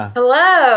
Hello